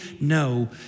no